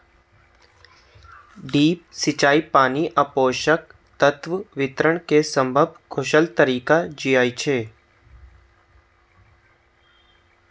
drip सिंचाई पानि आ पोषक तत्व वितरण के सबसं कुशल तरीका छियै